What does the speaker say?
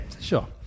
sure